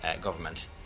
government